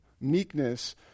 meekness